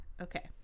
Okay